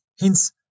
Hence